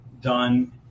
done